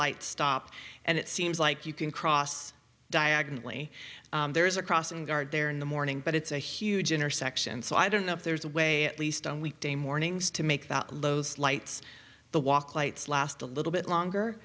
light stopped and it seems like you can cross diagonally there's a crossing guard there in the morning but it's a huge intersection so i don't know if there's a way at least on weekday mornings to make the los lights the walk lights last a little bit longer